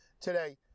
today